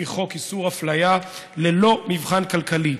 לפי חוק איסור אפליה ללא מבחן כלכלי.